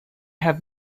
have